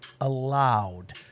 allowed